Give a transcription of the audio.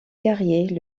carrier